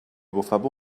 bufava